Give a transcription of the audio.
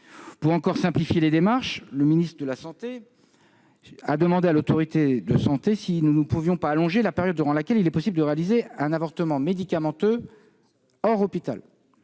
Pour davantage simplifier les démarches, le ministre des solidarités et de la santé a demandé à la Haute Autorité de santé si nous ne pouvions pas allonger la période durant laquelle il était possible de réaliser un avortement médicamenteux hors hôpital.